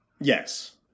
Yes